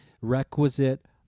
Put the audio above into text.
requisite